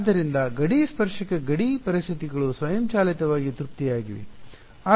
ಆದ್ದರಿಂದ ಗಡಿ ಸ್ಪರ್ಶಕ ಗಡಿ ಪರಿಸ್ಥಿತಿಗಳು ಸ್ವಯಂಚಾಲಿತವಾಗಿ ತೃಪ್ತಿ ಯಾಗಿವೆ